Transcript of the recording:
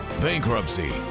bankruptcy